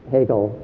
Hegel